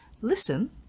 listen